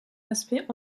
aspect